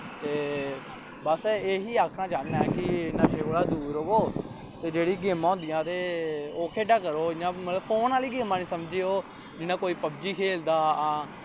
ते बस एही आखना चाह्न्ना ऐं कि नशे कोला दूर र'वो ते जेह्ड़ी गेमां होंदियां ओह् खेढा करो मतलब इ'यां फोन आह्ली गेमां निं समझेओ जि'यां कोई पवजी खेलदा